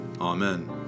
Amen